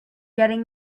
getting